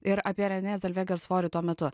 ir apie renė zelveger svorį tuo metu